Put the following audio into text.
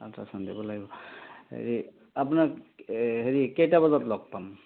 ultrasound কৰিব লাগিব হেৰি আপোনাক হেৰি কেইটা বজাত লগ পাম